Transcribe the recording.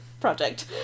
project